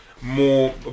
more